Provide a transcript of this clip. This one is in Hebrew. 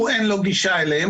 הוא אין לו גישה אליהם,